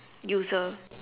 user